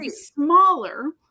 smaller